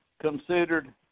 considered